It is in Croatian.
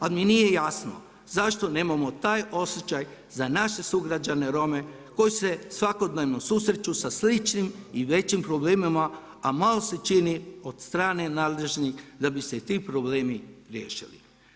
Ali mi nije jasno zašto nemamo taj osjećaj za naše sugrađane Rome koji se svakodnevno susreću sa sličnim i većim problemima a malo se čini od strane nadležnih da bi se ti problemi riješili.